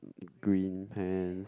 green pants